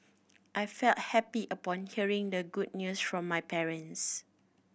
I felt happy upon hearing the good news from my parents